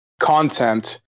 content